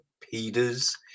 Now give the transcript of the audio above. Peters